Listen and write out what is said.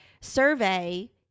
survey